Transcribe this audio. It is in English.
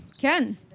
Ken